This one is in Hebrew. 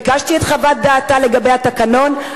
ביקשתי את חוות דעתה לגבי התקנון,